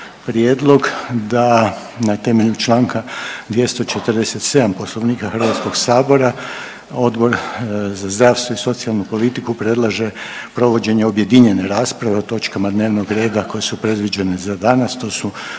prijedlog da na temelju čl. 247. Poslovnika HS Odbor za zdravstvo i socijalnu politiku predlaže provođenje objedinjene rasprave o točkama dnevnog reda koje su predviđene za danas, to su